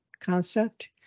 concept